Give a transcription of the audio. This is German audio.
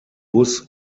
bus